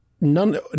none